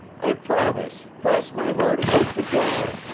i promise cross my heart and hope to die!